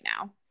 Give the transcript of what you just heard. now